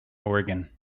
organ